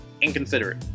inconsiderate